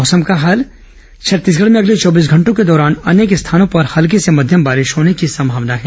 मौसम छत्तीसगढ़ में अगले चौबीस घंटों के दौरान अनेक स्थानों पर हल्की से मध्यम बारिश होने की संभावना है